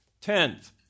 Tenth